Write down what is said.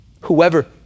whoever